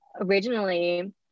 originally